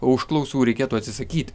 užklausų reikėtų atsisakyti